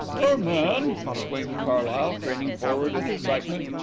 our man! exclaimed carlyle, craning forward in excitement.